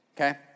okay